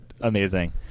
amazing